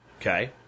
Okay